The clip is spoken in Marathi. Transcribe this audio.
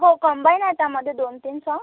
हो कंबाईन आहे त्यामध्ये दोन तीन साँग